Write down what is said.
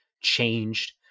changed